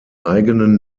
eigenen